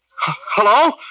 Hello